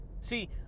See